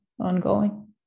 ongoing